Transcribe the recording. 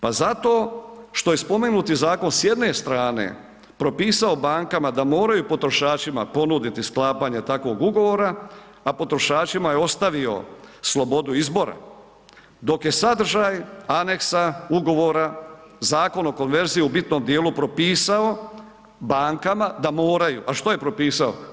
Pa zato što je spomenuti zakon s jedne strane, propisao bankama da moraju potrošačima ponuditi sklapanje takvog ugovora, a potrošačima je ostavio slobodu izbora, dok je sadržaj aneksa ugovora Zakon o konverziji u bitnom dijelu propisao bankama da moraju, a što je propisao?